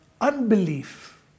unbelief